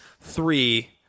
three